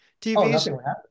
TVs